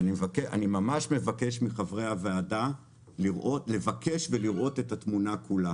אני ממש מבקש מחברי הוועדה לבקש ולראות את התמונה כולה